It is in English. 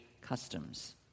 customs